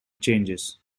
changes